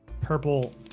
purple